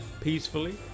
peacefully